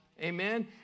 Amen